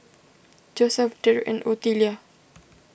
Joeseph Derick and Otelia